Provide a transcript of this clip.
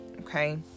okay